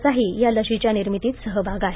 चाही या लशीच्या निर्मितीत सहभाग आहे